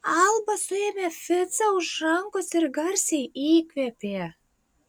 alba suėmė ficą už rankos ir garsiai įkvėpė